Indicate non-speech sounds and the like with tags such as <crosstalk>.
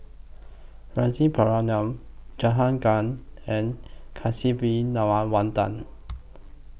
Rasipuram <unintelligible> Jahangir and <unintelligible>